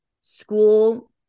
school